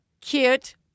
cute